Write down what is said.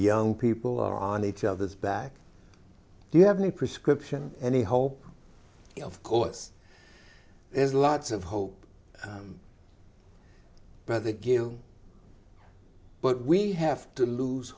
young people are on each other's back you have any prescription any hope of course there's lots of hope for the good but we have to lose